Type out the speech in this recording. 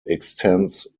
extends